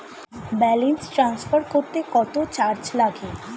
Balance transfer করতে কত charge লাগে?